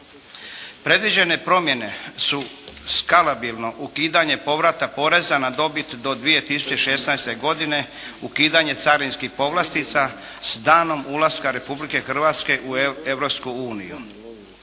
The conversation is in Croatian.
Predviđene promjene su skalabilno ukidanje povrata poreza na dobit do 2016. godine, ukidanje carinskih povlastica s danom ulaska Republike Hrvatske u